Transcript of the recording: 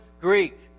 Greek